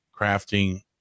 crafting